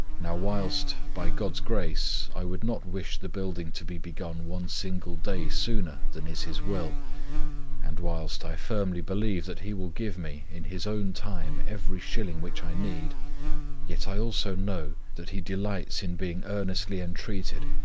now whilst, by god's grace, i would not wish the building to be begun one single day sooner than is his will and whilst i firmly believe, that he will give me, in his own time every shilling which i need yet i also know, that he delights in being earnestly entreated,